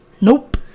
Nope